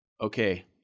Okay